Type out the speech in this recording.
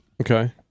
Okay